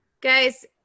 Guys